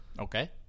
Okay